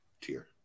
tier